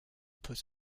put